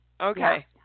Okay